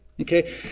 Okay